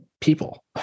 people